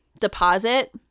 deposit